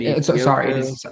Sorry